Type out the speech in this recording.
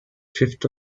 fifth